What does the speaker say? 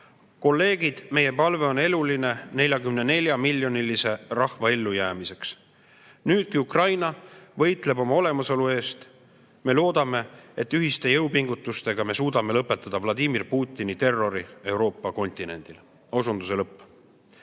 "Kolleegid! Meie palve on eluline 44‑miljonilise rahva ellujäämiseks. Nüüd, kui Ukraina võitleb oma olemasolu eest, me loodame, et ühiste jõupingutustega suudame lõpetada Vladimir Putini terrori Euroopa kontinendil."Kui